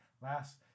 last